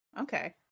Okay